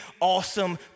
awesome